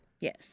Yes